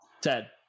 Ted